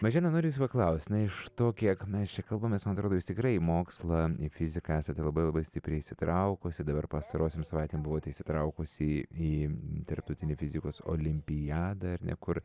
mažena noriu jūsų paklaust na iš to kiek mes čia kalbamės man atrodo jūs tikrai į mokslą į fiziką esate labai labai stipriai įsitraukusi dabar pastarosiom savaitėm buvote įsitraukusi į tarptautinę fizikos olimpiadą ar ne kur